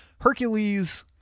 Hercules